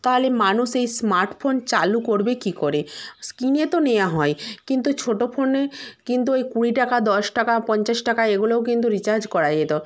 তাহলে মানুষ এই স্মার্ট ফোন চালু করবে কী করে কিনে তো নেওয়া হয় কিন্তু ছোটো ফোনে কিন্তু ওই কুড়ি টাকা দশ টাকা পঞ্চাশ টাকা এগুলোও কিন্তু রিচার্জ করা যেত